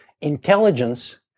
Intelligence